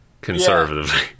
conservatively